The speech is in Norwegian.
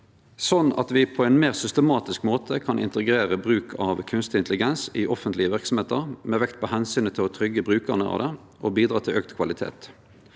Slik kan me på ein meir systematisk måte integrere bruk av kunstig intelligens i offentlege verksemder, med vekt på omsynet til å tryggje brukarane av det og bidra til auka kvalitet.